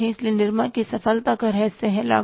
इसलिए निरमा की सफलता का रहस्य है लागत